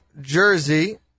Jersey